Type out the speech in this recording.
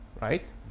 Right